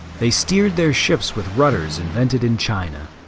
they steered their ships with rudders invented in china.